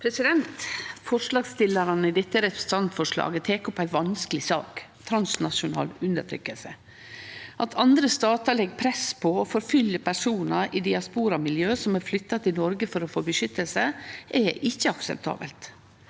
Forslagsstillar- ane bak dette representantforslaget tek opp ei vanskeleg sak – transnasjonal undertrykking. At andre statar legg press på og forfølgjer personar i diasporamiljø som har flytta til Noreg for å få beskyttelse, er ikkje akseptabelt.